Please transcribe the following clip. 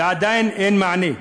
ועדיין אין מענה.